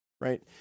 right